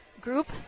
group